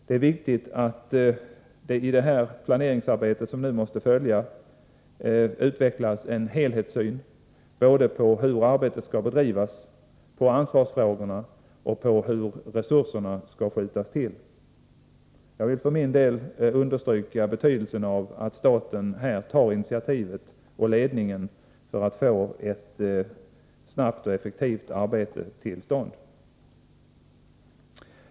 Det är viktigt att det utvecklas en helhetssyn både på hur arbetet skall bedrivas, på ansvarsfrågorna och på hur resurserna skall skjutas till. Jag vill för min del understryka betydelsen av att staten tar initiativet och ledningen för att få ett effektivt arbete snabbt till stånd.